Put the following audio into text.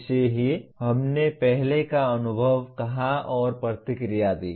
इसे ही हमने पहले का अनुभव कहा और प्रतिक्रिया दी